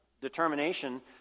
determination